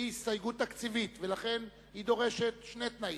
קבוצת חד"ש,